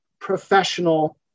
professional